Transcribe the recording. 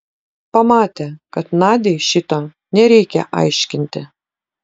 pamatė kad nadiai šito nereikia aiškinti